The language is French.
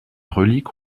reliques